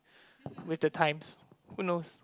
with the times who knows